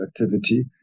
activity